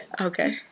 Okay